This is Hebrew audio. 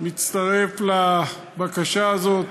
מצטרף לבקשה הזאת,